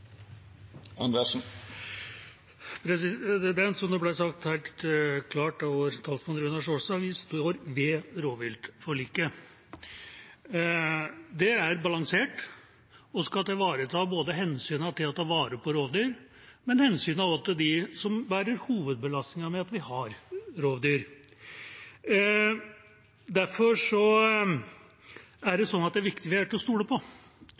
Som det ble sagt helt klart av representanten Runar Sjåstad: Vi står ved rovviltforliket. Det er balansert og skal ivareta både hensynet til å ta vare på rovdyr og hensynet til dem som bærer hovedbelastningen med at vi har rovdyr. Derfor er det viktig at vi er til å stole på.